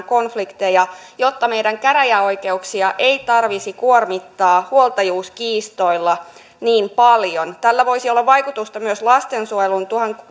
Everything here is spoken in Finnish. konf likteja jotta meidän käräjäoikeuksia ei tarvitsisi kuormittaa huoltajuuskiistoilla niin paljon tällä voisi olla vaikutusta myös lastensuojelun